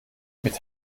mit